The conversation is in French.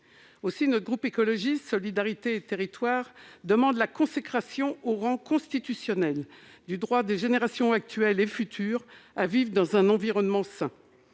Aussi, le groupe Écologiste - Solidarité et Territoires demande la consécration au rang constitutionnel du droit des générations actuelles et futures à vivre dans un environnement sain.